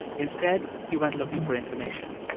instead, he went looking for information.